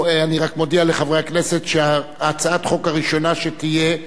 הראשונה תהיה הצעת החוק של עפו אגבאריה.